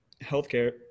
healthcare